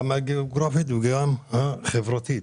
גם הגיאוגרפית וגם החברתית,